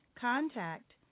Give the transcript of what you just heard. contact